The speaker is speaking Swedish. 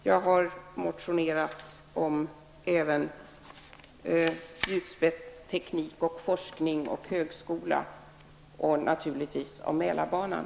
Jag har även motionerat om spjutspetsteknik, forskning, högskola och naturligtvis om Mälarbanan.